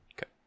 Okay